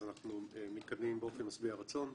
אנחנו מתקדמים באופן משביע רצון.